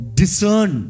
discern